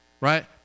right